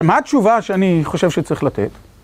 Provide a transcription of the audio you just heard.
מה התשובה שאני חושב שצריך לתת?